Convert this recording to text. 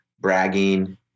bragging